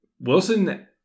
Wilson